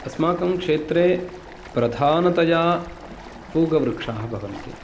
अस्माकं क्षेत्रे प्रधानतया पूगवृक्षाः भवन्ति